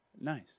Nice